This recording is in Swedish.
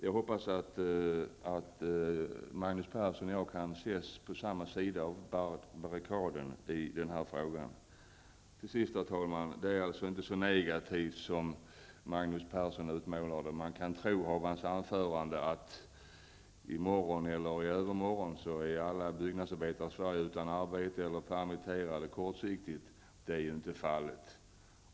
Jag hoppas att Magnus Persson och jag kan ses på samma sida av barrikaden i den här frågan. Till sist, herr talman, vill jag säga att situationen är inte så negativ som Magnus Persson utmålar den. Av hans anförande kan man tro att alla byggnadsarbetare i Sverige i morgon eller i övermorgon är utan arbete eller permitterade kortsiktigt. Det är ju inte fallet.